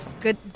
good